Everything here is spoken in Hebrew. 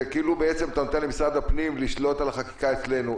זה כאילו בעצם אתה נותן למשרד הפנים לשלוט על החקיקה אצלנו.